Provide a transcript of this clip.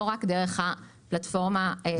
לא רק דרך הפלטפורמה הרשמית.